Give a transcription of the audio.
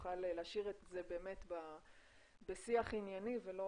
שנוכל להשאיר את זה בשיח בריא ולא